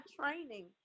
training